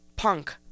punk